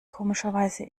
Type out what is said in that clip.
komischerweise